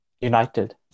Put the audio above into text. United